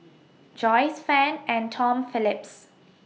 Joyce fan and Tom Phillips